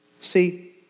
See